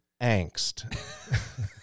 angst